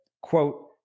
quote